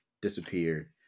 disappeared